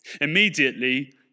Immediately